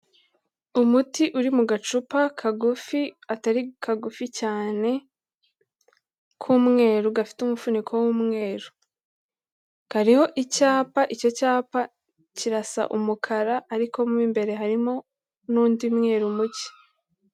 Umuti uri mu gacupa kagufi atari kagufi cyane, k'umweru gafite umufuniko w'umweru, kariho icyapa, icyo cyapa kirasa umukara ariko mo imbere harimo n'undi mweru muke.